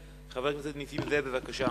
חבר הכנסת נסים זאב, בבקשה.